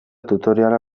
tutoriala